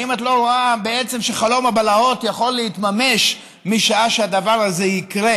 האם את לא רואה שחלום הבלהות יכול להתממש משעה שהדבר הזה יקרה.